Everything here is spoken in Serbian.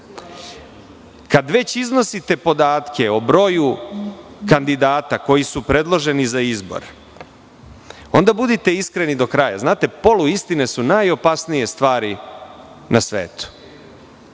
već iznosite podatke o broju kandidata koji su predloženi za izbor, onda budite iskreni do kraja. Znate, poluistine su najopasnije stvari na svetu.